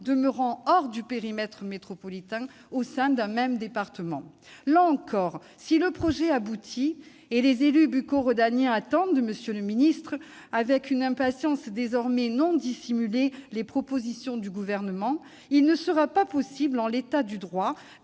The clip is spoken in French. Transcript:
demeurant hors du périmètre métropolitain au sein d'un même département. Là encore, si le projet aboutit- les élus bucco-rhodaniens attendent, monsieur le secrétaire d'État, avec une impatience désormais non dissimulée les propositions du Gouvernement -, il ne sera pas possible, en l'état du droit,